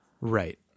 Right